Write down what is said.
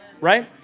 Right